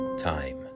Time